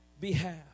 behalf